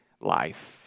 life